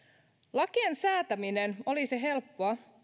lakien säätäminen olisi helppoa